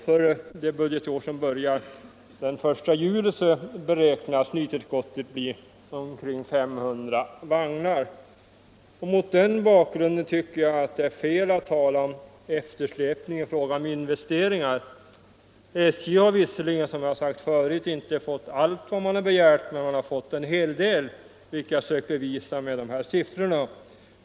För det budgetår som börjar den 1 juli beräknas nytillskottet bli omkring 500 vagnar. Mot denna bakgrund tycker jag att det är fel att tala om eftersläpning i fråga om investeringar. SJ har visserligen som jag har sagt förut inte fått allt vad man begärt men man har fått en hel del, vilket jag sökt bevisa dessa siffror.